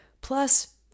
plus